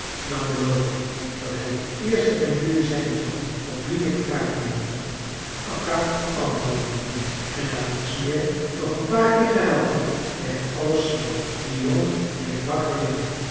dan beloof ik je dat hij de eerste van jelui zijn zal op wien ik wraak nemen zal akka antwoordde niet meer en nadat smirre nog een paar keer gehuild had werd alles stil de jongen bleef wakker liggen